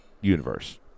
universe